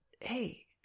hey